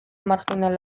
marjinal